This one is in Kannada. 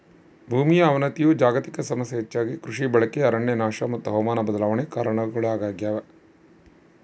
ಭೂಮಿಯ ಅವನತಿಯು ಜಾಗತಿಕ ಸಮಸ್ಯೆ ಹೆಚ್ಚಾಗಿ ಕೃಷಿ ಬಳಕೆ ಅರಣ್ಯನಾಶ ಮತ್ತು ಹವಾಮಾನ ಬದಲಾವಣೆ ಕಾರಣಗುಳಾಗ್ಯವ